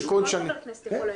כל חבר כנסת יכול היום.